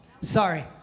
Sorry